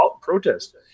protest